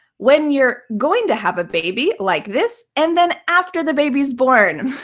when you're going to have a baby like this, and then after the baby's born.